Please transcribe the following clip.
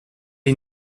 est